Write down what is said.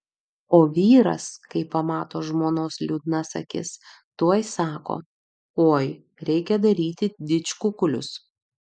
o vyras kai pamato žmonos liūdnas akis tuoj sako oi reikia daryti didžkukulius